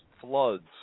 floods